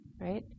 right